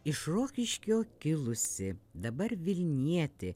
iš rokiškio kilusį dabar vilnietį